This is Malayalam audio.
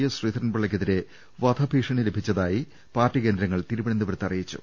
എസ് ശ്രീധരൻപിള്ളക്കെതിരെ വധഭീ ഷണി ലഭിച്ചതായി പാർട്ടി കേന്ദ്രങ്ങൾ തിരുവനന്തപുരത്ത് അറിയിച്ചു